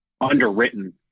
underwritten